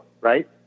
Right